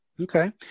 Okay